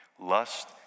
Lust